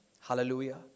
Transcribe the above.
Hallelujah